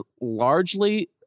largely